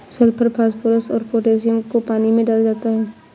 sulphur phosphorus और potassium को पानी में डाला जाता है